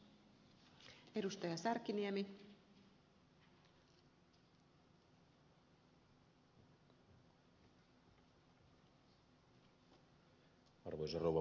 arvoisa rouva puhemies